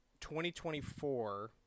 2024